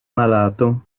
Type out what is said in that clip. malato